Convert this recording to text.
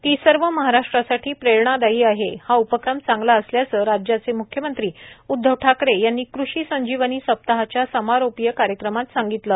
ती सर्व महाराष्ट्रासाठी प्रेरणादायी आहे हा उपक्रम चांगला असल्याचे राज्याचे म्ख्यमंत्री उदधव ठाकरे यांनी कृषी संजीवनी सप्ताहाच्या समारोपीय कार्यक्रमात सांगितले